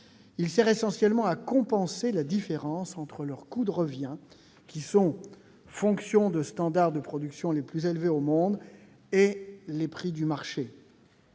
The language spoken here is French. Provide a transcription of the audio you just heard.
il sert essentiellement à compenser la différence entre leurs coûts de revient, qui sont fonction de standards de production les plus élevés au monde, et les prix du marché.